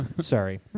sorry